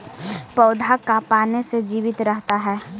पौधा का पाने से जीवित रहता है?